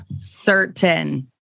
Certain